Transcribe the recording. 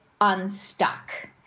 unstuck